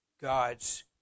God's